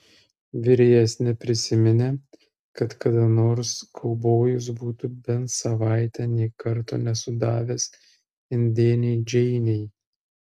virėjas neprisiminė kad kada nors kaubojus būtų bent savaitę nė karto nesudavęs indėnei džeinei